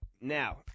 Now